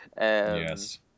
Yes